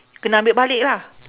kena ambil balik lah